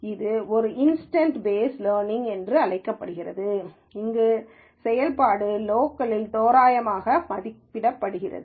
இது ஒரு instance based learning என்றும் அழைக்கப்படுகிறது அங்கு செயல்பாடு லோக்கலில் தோராயமாக மதிப்பிடப்படுகிறது